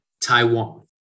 Taiwan